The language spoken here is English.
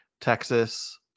Texas